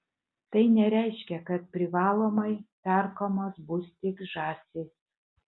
tai nereiškia kad privalomai perkamos bus tik žąsys